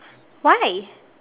why